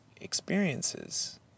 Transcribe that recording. experiences